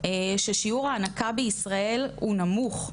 ששיעור ההנקה בישראל הוא נמוך.